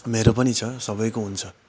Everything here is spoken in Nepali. मेरो पनि छ सबैको हुन्छ